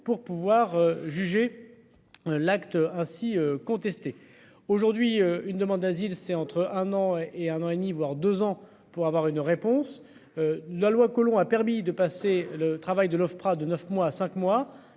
pour pouvoir juger. L'acte ainsi contesté aujourd'hui une demande d'asile, c'est entre un an et un an et demi, voire 2 ans pour avoir une réponse. La loi que l'on a permis de passer le travail de l'Ofpra de 9 mois 5 mois